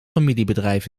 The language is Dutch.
familiebedrijf